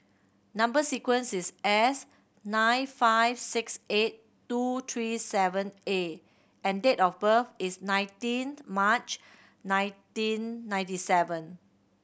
number sequence is S nine five six eight two three seven A and date of birth is nineteenth March nineteen ninety seven